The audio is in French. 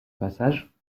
passage